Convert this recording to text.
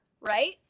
right